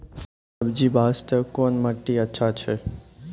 सब्जी बास्ते कोन माटी अचछा छै?